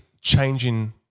changing –